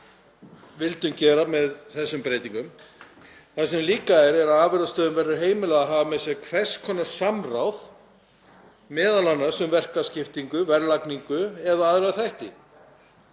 Það er líka þannig að afurðastöðvum verður heimilað að hafa með sér hvers konar samráð, m.a. um verkaskiptingu, verðlagningu eða aðra þætti.